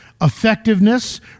effectiveness